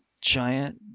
giant